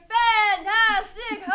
fantastic